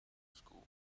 school